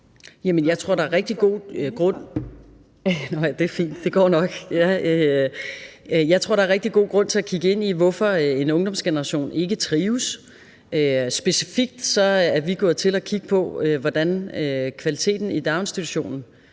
Jeg tror, der er rigtig god grund til at kigge ind i, hvorfor en ungdomsgeneration ikke trives. Specifikt er vi gået til det ved at kigge på, hvordan kvaliteten i daginstitutionerne